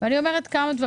את עמדתי.